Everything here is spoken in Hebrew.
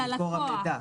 ללקוח.